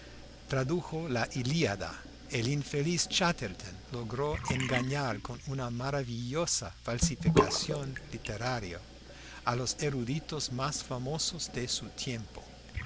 tradujo la ilíada el infeliz chatterton logró engañar con una maravillosa falsificación literaria a los eruditos más famosos de su tiempo